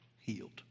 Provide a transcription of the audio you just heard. healed